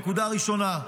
נקודה ראשונה,